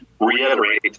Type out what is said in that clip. reiterate